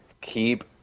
keep